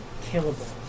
killable